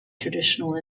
traditional